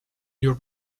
your